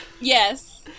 Yes